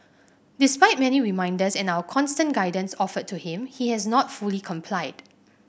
despite many reminders and our constant guidance offered to him he has not fully complied